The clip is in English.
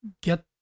get